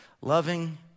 Loving